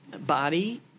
body